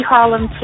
Harlem